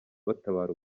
batabara